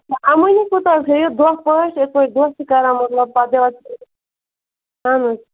نَہ اَمٲنی کوٗتاہ حظ ہیٚیِو دۄہ پاٹھۍ یِتھ پٲٹھۍ دۄہ چھِ کَران مطلب اہن حظ